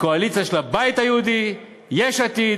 הקואליציה של הבית היהודי, יש עתיד